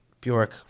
Bjork